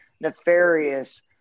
nefarious